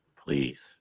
Please